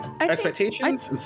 expectations